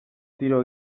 tiro